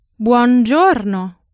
Buongiorno